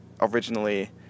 originally